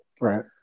right